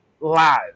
live